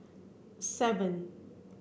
seven